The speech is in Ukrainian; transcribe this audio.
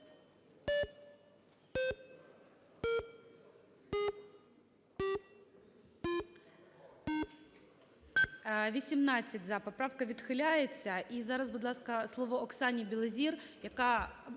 За-18 Поправка відхиляється. І зараз, будь ласка, слово Оксані Білозір, яка